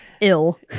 ill